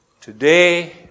today